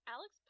Alex